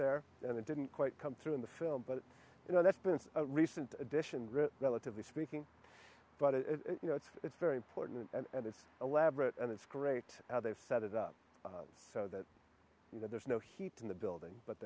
there and it didn't quite come through in the film but you know that's been a recent addition rick relatively speaking but you know it's it's very important and it's elaborate and it's great now they've set it up so that you know there's no heap in the building but